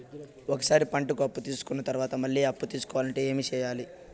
ఒక సారి పంటకి అప్పు తీసుకున్న తర్వాత మళ్ళీ అప్పు తీసుకోవాలంటే ఏమి చేయాలి?